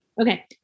Okay